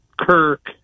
Kirk